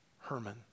Herman